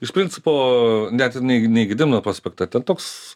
iš principo net ir ne ne į gedimno prospektą ten toks